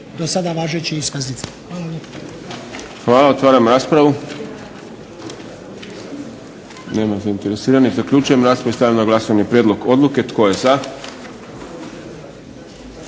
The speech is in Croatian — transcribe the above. Boris (SDP)** Hvala. Otvaram raspravu. Nema zainteresiranih. Zaključujem raspravu. Stavljam na glasovanje prijedlog odluke. Tko je za?